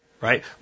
right